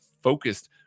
focused